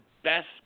best